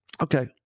okay